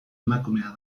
emakumea